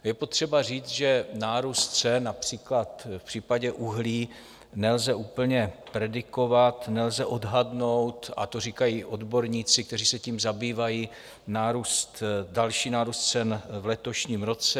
Je potřeba říct, že nárůst cen například v případě uhlí nelze úplně predikovat, nelze odhadnout a to říkají i odborníci, kteří se tím zabývají další nárůst cen v letošním roce.